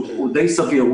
שהוא די סביר,